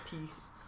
Peace